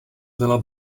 byla